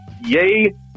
Yay